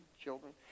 children